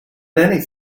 anything